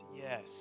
Yes